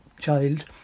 child